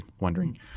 wondering